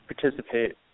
participate